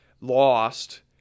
lost